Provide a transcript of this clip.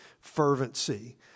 fervency